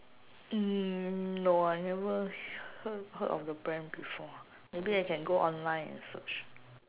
mm no I never heard heard of the brand before maybe I can go online and search